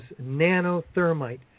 nanothermite